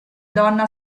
donna